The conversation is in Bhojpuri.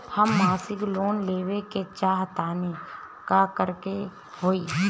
हम मासिक लोन लेवे के चाह तानि का करे के होई?